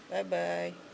bye bye